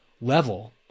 level